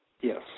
Yes